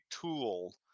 tool